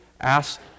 ask